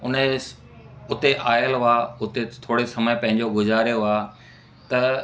हुनजे उते आयल हुआ हुते थोरो समय पंहिंजो गुज़ारियो आहे त